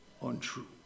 untrue